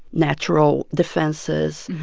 natural defenses,